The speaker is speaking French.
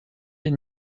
les